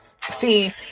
See